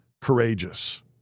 courageous